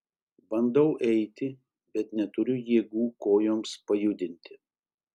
bandau eiti bet neturiu jėgų kojoms pajudinti